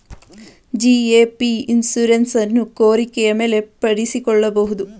GAP insurance ಅನ್ನು ಕೋರಿಕೆ ಮೇಲೆ ಪಡಿಸಿಕೊಳ್ಳಬಹುದು